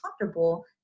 comfortable